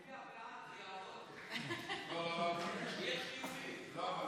מיכאל, תצביע בעד, זה יעבוד.